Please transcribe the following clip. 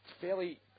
fairly